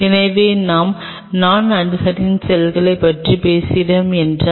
எனவே நாம் நான் அட்ஹரின் செல்கள் பற்றி பேசுகிறோம் என்றால்